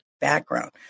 background